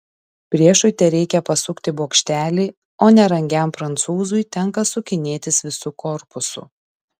priešui tereikia pasukti bokštelį o nerangiam prancūzui tenka sukinėtis visu korpusu